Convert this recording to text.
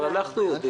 אבל אנחנו יודעים.